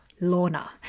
Lorna